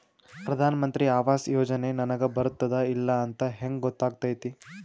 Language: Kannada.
ಪ್ರಧಾನ ಮಂತ್ರಿ ಆವಾಸ್ ಯೋಜನೆ ನನಗ ಬರುತ್ತದ ಇಲ್ಲ ಅಂತ ಹೆಂಗ್ ಗೊತ್ತಾಗತೈತಿ?